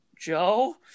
Joe